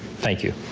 thank you